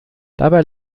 dabei